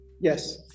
Yes